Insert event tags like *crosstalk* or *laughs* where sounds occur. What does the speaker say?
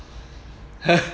*laughs*